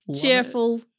cheerful